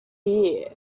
year